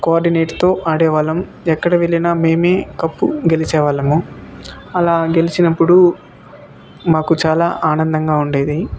కోఆర్డినేట్తో ఆడేవాళ్ళం ఎక్కడ వెళ్ళిన మేమే కప్పు గెలిచే వాళ్ళము అలా గెలిచినప్పుడు మాకు చాలా ఆనందంగా ఉండేది